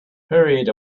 hurried